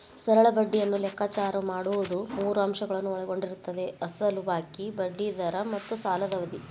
ಸರಳ ಬಡ್ಡಿಯನ್ನು ಲೆಕ್ಕಾಚಾರ ಮಾಡುವುದು ಮೂರು ಅಂಶಗಳನ್ನು ಒಳಗೊಂಡಿರುತ್ತದೆ ಅಸಲು ಬಾಕಿ, ಬಡ್ಡಿ ದರ ಮತ್ತು ಸಾಲದ ಅವಧಿ